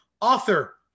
author